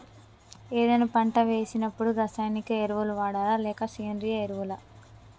ఏదైనా పంట వేసినప్పుడు రసాయనిక ఎరువులు వాడాలా? లేక సేంద్రీయ ఎరవులా?